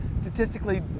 statistically